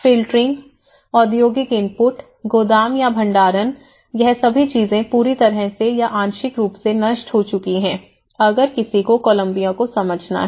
filtering औद्योगिक input गोदाम या भंडारण यह सभी चीजें पूरी तरह से या आंशिक रूप से नष्ट हो चुकी है अगर किसी को कोलंबिया को समझना है